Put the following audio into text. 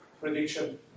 prediction